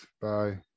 Bye